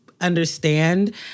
understand